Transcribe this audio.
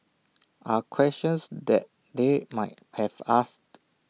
are questions that they might have asked